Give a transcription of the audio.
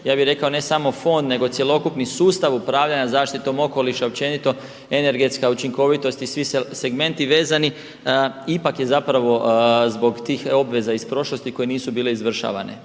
ja bih rekao ne samo fond, nego cjelokupni sustav upravljanja zaštitom okoliša općenito, energetska učinkovitost i svi segmenti vezani. Ipak je zapravo zbog tih obveza iz prošlosti koje nisu bile izvršavane.